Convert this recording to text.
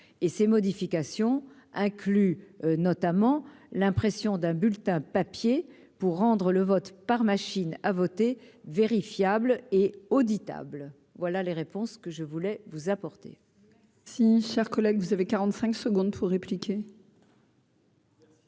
et ces modifications incluent notamment l'impression d'un bulletin papier pour rendre le vote par machines à voter, vérifiable et Audi table voilà les réponses que je voulais vous apportez si chers collègues, vous avez 45 secondes pour répliquer.